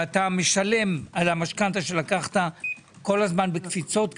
ואתה משלם על המשכנתא שלקחת כל הזמן בקפיצות כאלה,